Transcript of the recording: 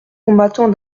combattants